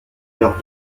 alors